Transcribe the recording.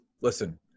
listen